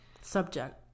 subject